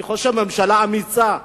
אני חושב שממשלה אמיצה,